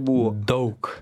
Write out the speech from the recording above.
buvo daug